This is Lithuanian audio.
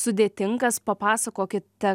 sudėtingas papasakokite